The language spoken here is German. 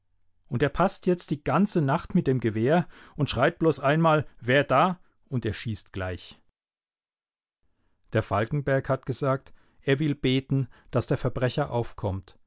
und er paßt jetzt die ganze nacht mit dem gewehr und schreit bloß einmal wer da und er schießt gleich der falkenberg hat gesagt er will beten daß der verbrecher aufkommt